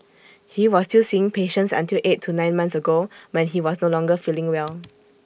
he was still seeing patients until eight to nine months ago when he was no longer feeling well